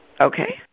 Okay